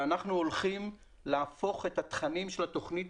אנחנו הולכים להפוך את התכנים של התוכנית